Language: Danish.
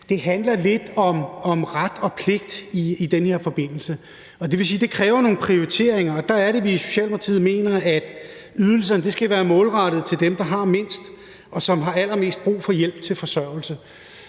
det handler lidt om ret og pligt i den her forbindelse. Og det vil sige, at det kræver nogle prioriteringer. Og der er det, at vi i Socialdemokratiet mener, at ydelserne skal være målrettet til dem, der har mindst, og som har allermest brug for hjælp til forsørgelse.